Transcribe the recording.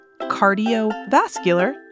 cardiovascular